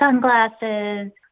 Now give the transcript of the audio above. sunglasses